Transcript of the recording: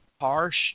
harsh